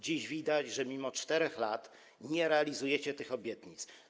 Dziś widać, że mimo 4 lat nie realizujecie tych obietnic.